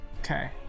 Okay